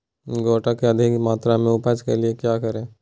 गोटो की अधिक मात्रा में उपज के लिए क्या करें?